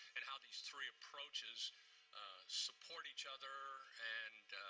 and how these three approaches support each other and